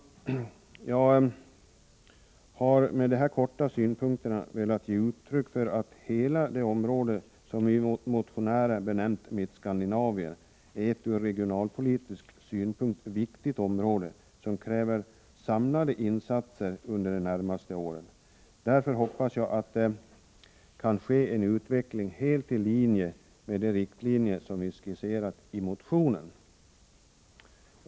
Jag har med det här korta inlägget velat ge uttryck för att hela det område som vi motionärer benämnt Mittskandinavien är ett ur regionalpolitisk synpunkt viktigt område, som kräver samlade insatser under de närmaste åren. Därför hoppas jag att det kan ske en utveckling helt i linje med de riktlinjer som skisserats i motionen.